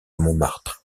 montmartre